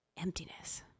Emptiness